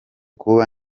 kuba